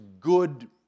good